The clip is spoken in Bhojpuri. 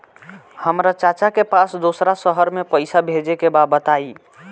हमरा चाचा के पास दोसरा शहर में पईसा भेजे के बा बताई?